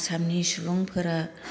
आसामनि सुबुंफोरा